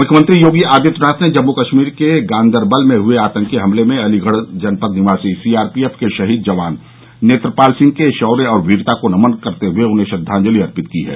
मुख्यमंत्री योगी आदित्यनाथ ने जम्मू कश्मीर के गांदरबल में हुए आतंकी हमले में अलीगढ़ जनपद निवासी सीआरपीएफ के शहीद जवान नेत्रपाल सिंह के शौर्य और वीरता को नमन करते हुए उन्हें भावभीनी श्रद्वाजंलि दी है